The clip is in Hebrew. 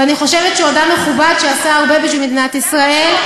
ואני חושבת שהוא אדם מכובד שעשה הרבה בשביל מדינת ישראל,